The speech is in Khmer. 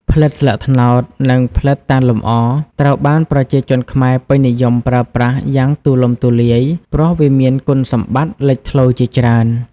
ផ្លិតស្លឹកត្នោត និងផ្លិតតាំងលម្អ ត្រូវបានប្រជាជនខ្មែរពេញនិយមប្រើប្រាស់យ៉ាងទូលំទូលាយ ព្រោះវាមានគុណសម្បត្តិលេចធ្លោជាច្រើន។